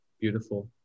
Beautiful